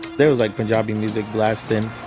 there was like punjabi music blasting.